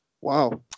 Wow